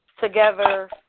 together